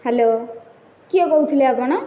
hello କିଏ କହୁଥୁଲେ ଆପଣ